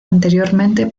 anteriormente